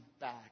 back